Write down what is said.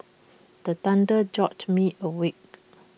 the thunder jolt me awake